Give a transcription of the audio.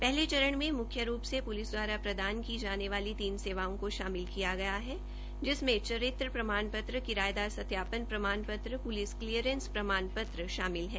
पहले चरण में मुख्य रूप से प्रलिस दवारा प्रदान की जाने वाली तीन सेवाओं को शामिल किया गया है जिसमें चरित्र प्रमाण पत्र किरायेदार सत्यापन प्रमाण पत्र प्लिस क्लीयरेंस प्रमाण पत्र शामिल हैं